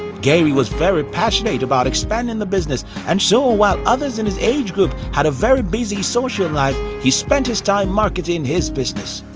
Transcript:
gary was passionate about expanding the business and so ah while others in his age group had a very busy social life he spent his time marketing his business.